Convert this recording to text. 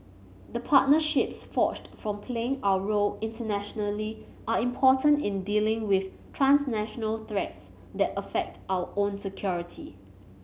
the partnerships forged from playing our role internationally are important in dealing with transnational threats that affect our own security